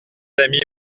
amis